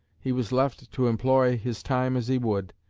he was left to employ his time as he would,